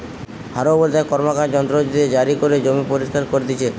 হারও বলতে এক র্কমকার যন্ত্র হতিছে জারি করে জমি পরিস্কার করতিছে